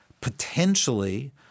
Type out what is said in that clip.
potentially